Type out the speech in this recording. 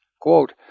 Quote